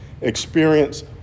experience